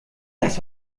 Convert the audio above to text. das